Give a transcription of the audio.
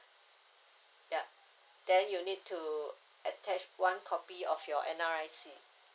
ya then you need to attach one copy of your N_R_I_C